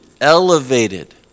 elevated